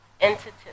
entities